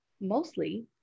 Mostly